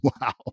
Wow